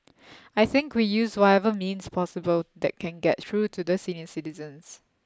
I think we use whatever means possible that can get through to the senior citizens